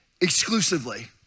exclusively